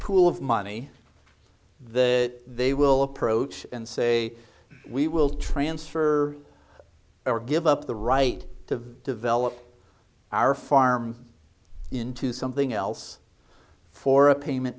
pool of money that they will approach and say we will transfer or give up the right to develop our farm into something else for a payment